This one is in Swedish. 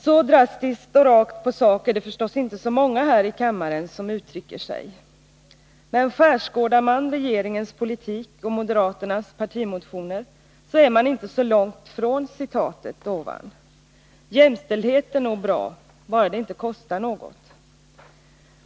Så drastiskt och rakt på sak är det förstås inte så många här i kammaren som uttrycker sig. Men skärskådar man regeringens politik och moderaternas partimotioner, finner man att de inte är långt från citatet ovan. Jämställdhet är nog bra, bara deninte kostar något.